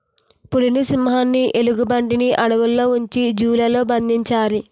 పులిని సింహాన్ని ఎలుగుబంటిని అడవుల్లో ఉంచి జూ లలో బంధించాలి